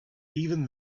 even